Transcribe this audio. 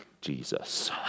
Jesus